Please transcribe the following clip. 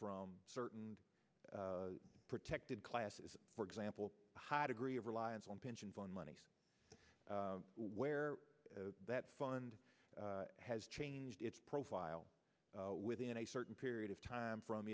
from certain protected classes for example high degree of reliance on pension fund money where that fund has changed its profile within a certain period of time from